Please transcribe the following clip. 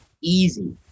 easy